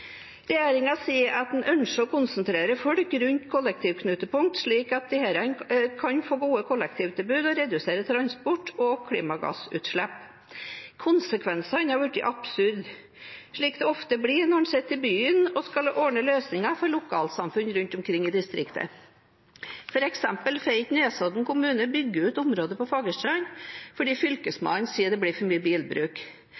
sier at den ønsker å konsentrere folk rundt kollektivknutepunkt, slik at disse kan få gode kollektivtilbud og redusere transport og klimagassutslipp. Konsekvensene har blitt absurde, slik det ofte blir når en sitter i byen og skal ordne løsninger for lokalsamfunn rundt omkring i distriktene. For eksempel får ikke Nesodden kommune bygge ut området på Fagerstrand fordi